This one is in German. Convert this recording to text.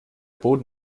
boden